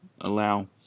allow